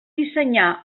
dissenyar